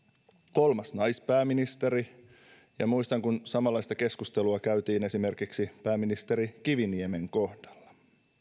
kolmas naispääministeri ja muistan kun samanlaista keskustelua käytiin esimerkiksi pääministeri kiviniemen kohdalla